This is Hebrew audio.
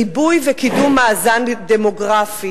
ריבוי וקידום מאזן דמוגרפי.